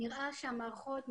נראה שהמערכות,